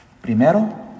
Primero